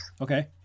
Okay